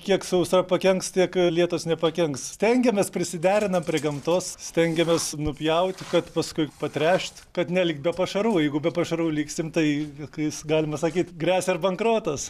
kiek sausra pakenks tiek lietus nepakenks stengiamės prisiderinam prie gamtos stengiamės nupjaut kad paskui patręšt kad nelikt be pašarų jeigu be pašarų liksim tai juokais galima sakyt gresia bankrotas